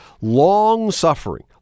long-suffering